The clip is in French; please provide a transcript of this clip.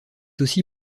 aussi